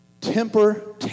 Temper